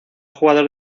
jugador